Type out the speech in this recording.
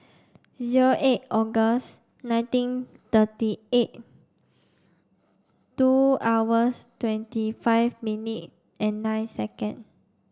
zero eight August nineteen thirty eight two hours twenty five minute and nine second